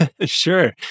Sure